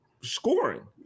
scoring